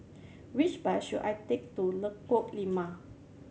which bus should I take to Lengkong Lima